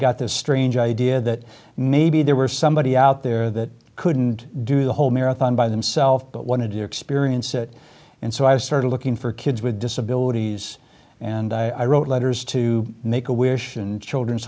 got this strange idea that maybe there were somebody out there that couldn't do the whole marathon by themselves but wanted to experience it and so i started looking for kids with disabilities and i wrote letters to make a wish and children's